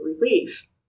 relief